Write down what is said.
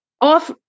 off